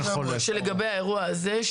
אני מציעה שלגבי האירוע הזה,